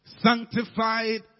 sanctified